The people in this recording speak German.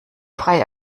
frei